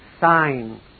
sign